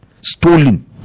stolen